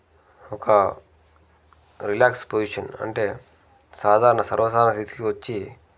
ఒక relax position అంటే సాధారణ సర్వసాధారణ స్థితికి వచ్చి